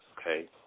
okay